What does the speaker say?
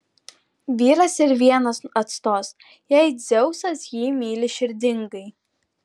vyras ir vienas atstos jei dzeusas jį myli širdingai